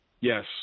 Yes